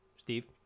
Steve